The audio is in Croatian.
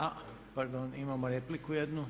A pardon, imamo repliku jednu.